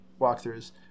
walkthroughs